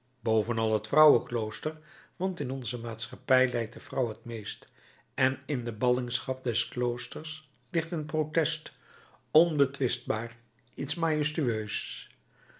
klooster bovenal het vrouwenklooster want in onze maatschappij lijdt de vrouw het meest en in de ballingschap des kloosters ligt een protest onbetwistbaar iets majestueus